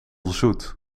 zoet